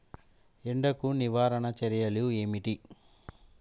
ఎండకు నివారణ చర్యలు ఏమిటి?